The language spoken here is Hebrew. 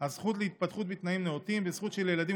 הזכות להתפתחות בתנאים נאותים והזכות של ילדים